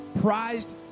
prized